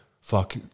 fuck